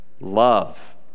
love